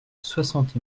soixante